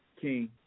King